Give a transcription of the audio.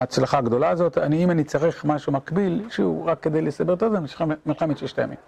הצלחה הגדולה הזאת, אם אני צריך משהו מקביל, שוב, רק כדי לסבר את האוזן, יש לכם, מלחמת ששת הימים.